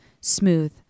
Smooth